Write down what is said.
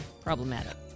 problematic